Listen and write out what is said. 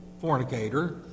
fornicator